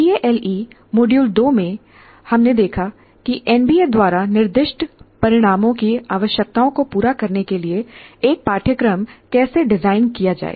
TALE module 2 में हमने देखा कि एनबीए द्वारा निर्दिष्ट परिणामों की आवश्यकताओं को पूरा करने के लिए एक पाठ्यक्रम कैसे डिजाइन किया जाए